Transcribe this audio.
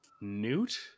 Newt